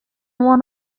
one